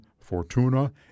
Fortuna